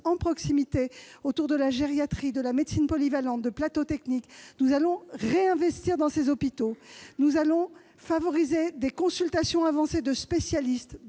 proximité autour de la gériatrie, de la médecine polyvalente, de plateaux techniques. Nous allons réinvestir dans ces hôpitaux. Nous allons y favoriser des consultations avancées de spécialistes,